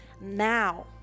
now